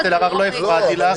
חברת הכנסת אלהרר, לא הפרעתי לך,